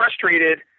frustrated